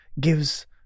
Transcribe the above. gives